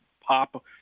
pop